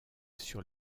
sur